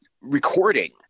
recording